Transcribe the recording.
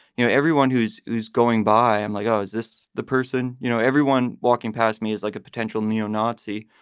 you know, everyone who's who's going by. i'm like, oh, is this the person? you know, everyone walking past me is like a potential neo-nazi.